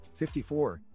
54